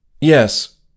Yes